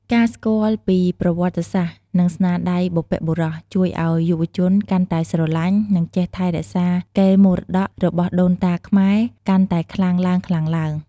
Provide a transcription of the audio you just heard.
ការស្គាល់ពីប្រវត្តិសាស្ត្រ និងស្នាដៃបុព្វបុរស ជួយឲ្យយុវជនកាន់តែស្រឡាញ់ និងចេះថែរក្សាកេរមរតករបស់ដូនតាខ្មែរកាន់តែខ្លាំងឡើងៗ។